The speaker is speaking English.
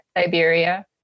Siberia